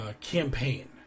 campaign